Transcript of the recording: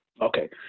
Okay